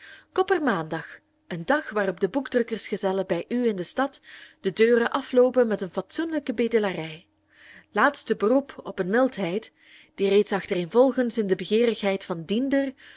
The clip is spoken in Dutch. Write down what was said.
koppermaandag een dag waarop de boekdrukkersgezellen bij u in de stad de deuren afloopen met eene fatsoenlijke bedelarij laatste beroep op eene mildheid die reeds achtereenvolgens in de begeerigheid van diender